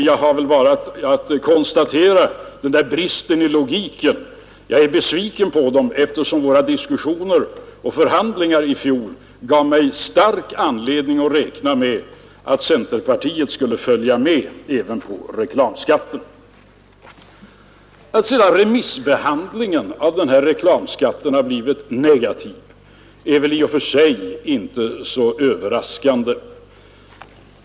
Jag har bara att konstatera bristen i logiken. Men jag är besviken på centerpartiet eftersom våra diskussioner och förhandlingar i fjol gav mig stark anledning räkna med att centerpartiet skulle följa med även när det gällde reklamskatten. Alt remissbehandlingen av reklamskatten blivit negativ är i och för sig inte överraskande.